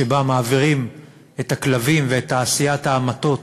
שבה מעבירים את הכלבים ואת תעשיית ההמתות